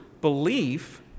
belief